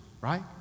right